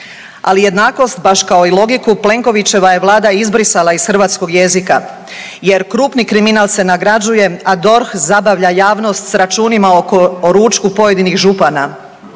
Ali jednakost, baš kao i logiku Plenkovićeva je Vlada izbrisala iz Hrvatskog jezika, jer krupni kriminal se nagrađuje a DORH zabavlja javnost s računima o ručku pojedinih župana.